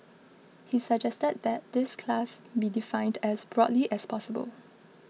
he suggested that this class be defined as broadly as possible